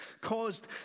caused